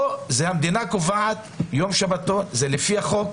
זאת המדינה שקובעת יום שבתון, זה לפי החוק,